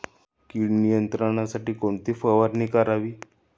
कीड नियंत्रणासाठी कोणती फवारणी करावी?